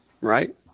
Right